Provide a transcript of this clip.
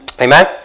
Amen